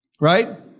Right